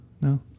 No